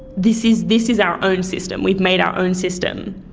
this is this is our own system, we've made our own system.